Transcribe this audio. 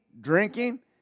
drinking